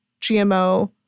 GMO